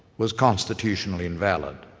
was constitutionally invalid.